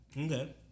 Okay